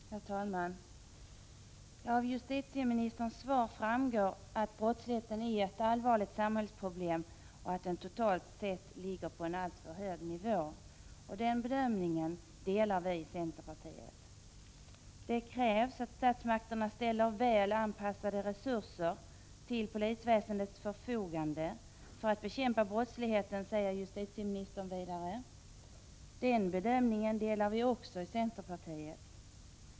Herr talman! Av justitieministerns svar framgår att brottsligheten är ett allvarligt samhällsproblem och att den totalt sett ligger på en alltför hög nivå. Vi i centerpartiet gör samma bedömning. Det krävs att statsmakterna ställer väl anpassade resurser till polisväsendets förfogande för att bekämpa brottsligheten, säger justitieministern. Även den bedömningen ansluter vi i centerpartiet oss till.